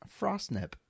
frostnip